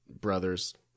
brothers